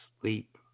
sleep